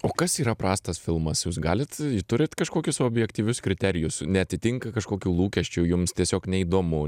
o kas yra prastas filmas jūs galit turit kažkokius objektyvius kriterijus neatitinka kažkokių lūkesčių jums tiesiog neįdomu